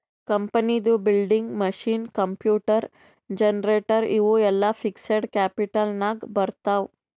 ಕಂಪನಿದು building, machine, computer, generator ಇವು ಎಲ್ಲಾ ಫಿಕ್ಸಡ್ ಕ್ಯಾಪಿಟಲ್ ನಾಗ್ ಬರ್ತಾವ್